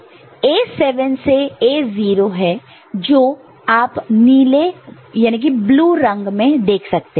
A7 से A0 है जो आप नीले ब्लू blue रंग में देख सकते हैं